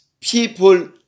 people